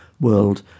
world